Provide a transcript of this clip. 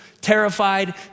Terrified